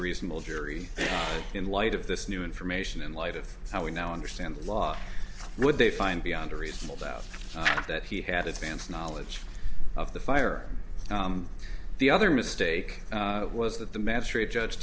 reasonable jury in light of this new information in light of how we now understand the law would they find beyond a reasonable doubt that he had advance knowledge of the fire the other mistake was that the magistrate judge